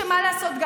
שמה לעשות,